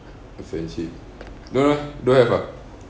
a friendship no lah don't have ah